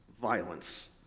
violence